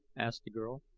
asked the girl.